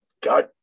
got